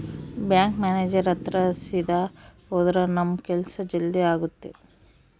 bank manager ಹತ್ರ ಸೀದಾ ಹೋದ್ರ ನಮ್ ಕೆಲ್ಸ ಜಲ್ದಿ ಆಗುತ್ತೆ